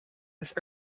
his